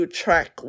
track